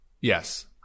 Yes